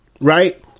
right